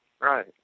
Right